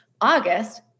August